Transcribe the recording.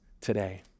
today